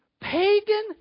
pagan